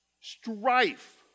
Strife